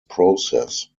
process